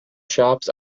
shops